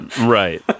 Right